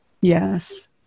Yes